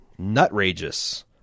Nutrageous